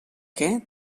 què